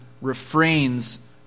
refrains